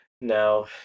Now